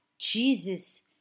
Jesus